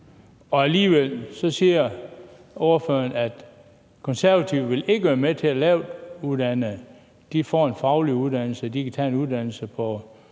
Alligevel siger ordføreren, at Konservative ikke vil være med til, at lavtuddannede får en faglig uddannelse, at de kan tage en uddannelse på